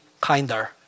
kinder